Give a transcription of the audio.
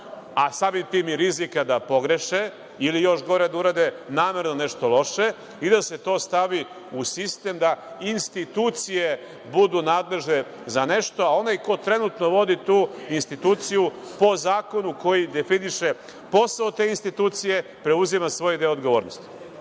a samim tim i rizika da pogreše, ili još gore da urade namerno nešto loše, i da se to stavi u sistem da institucije budu nadležne za nešto, a onaj ko trenutno vodi tu instituciju, po zakonu koji definiše posao te institucije, preuzima svoj deo odgovornosti.